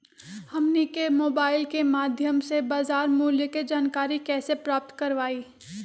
हमनी के मोबाइल के माध्यम से बाजार मूल्य के जानकारी कैसे प्राप्त करवाई?